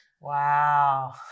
wow